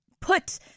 put